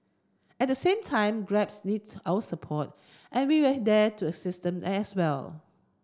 at the same time Grabs needs our support and we are there to assist them as well